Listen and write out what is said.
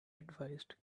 advised